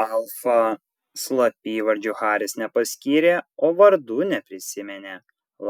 alfa slapyvardžių haris nepaskyrė o vardų neprisiminė